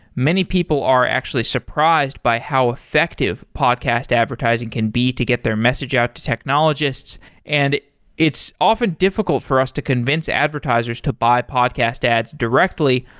many people are actually surprised by how effective podcast advertising can be to get their message out to technologists and it's often difficult for us to convince advertisers to buy podcast ads directly,